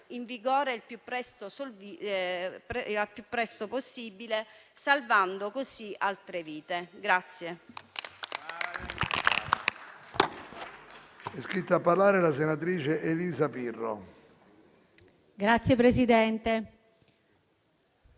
in vigore il più presto possibile, salvando così altre vite.